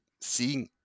seeing